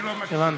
הבנתי.